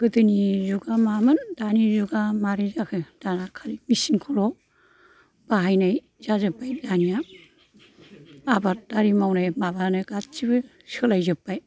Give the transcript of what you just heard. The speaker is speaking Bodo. गोदोनि जुगा मामोन दानि जुगा माबोरै जाखो दाना खालि मिसिन खौल' बाहायनाय जाजोबबाय दानिया आबादारि मावनाय माबायानो गासिबो सोलाय जोबबाय